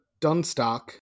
Dunstock